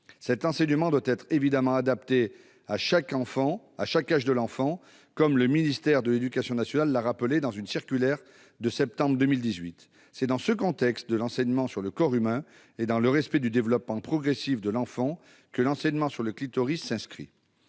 Cet enseignement doit évidemment être adapté à chaque âge de l'enfant, comme le ministère de l'éducation nationale l'a rappelé dans une circulaire du mois de septembre 2018. C'est dans ce contexte de l'enseignement sur le corps humain et dans le respect du développement progressif de l'enfant que l'enseignement sur le clitoris s'inscrit.